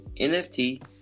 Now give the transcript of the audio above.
NFT